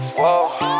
whoa